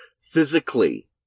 physically